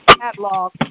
catalog